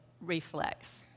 reflex